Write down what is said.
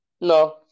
No